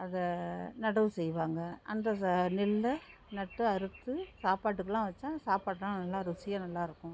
அதை நடவு செய்வாங்க அந்த த நெல்லை நட்டு அறுத்து சாப்பாட்டுக்குலாம் வச்சால் சாப்பாடுலாம் நல்லா ருசியாக நல்லாயிருக்கும்